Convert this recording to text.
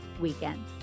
Weekend